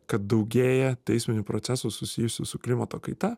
kad daugėja teisminių procesų susijusių su klimato kaita